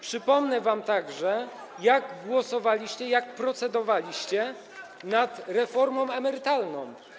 Przypomnę wam także, jak głosowaliście, jak procedowaliście nad reformą emerytalną.